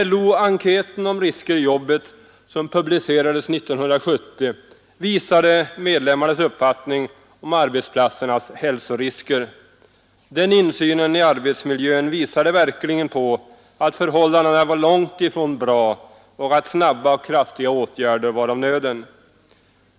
LO-enkäten om risker i jobbet, som publicerades 1970, visade medlemmarnas uppfattning om arbetsplatsernas hälsorisker. Den insynen i arbetsmiljön gav verkligen besked om att förhållandena var långt ifrån bra och att snabba och kraftiga åtgärder var av nöden.